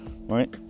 right